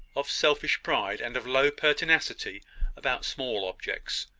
of selfish pride, and of low pertinacity about small objects.